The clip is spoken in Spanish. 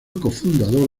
cofundador